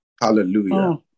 Hallelujah